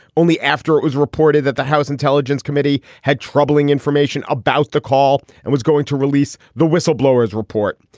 only after it was reported that the house intelligence committee had troubling information about the call and was going to release the whistleblowers report.